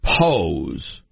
pose